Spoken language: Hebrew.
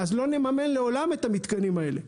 לא מממן לעולם את המתקנים האלה.